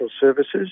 services